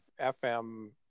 FM